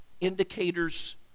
indicators